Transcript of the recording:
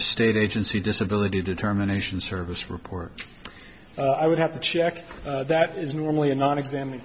state agency disability determination service report i would have to check that is normally a non exam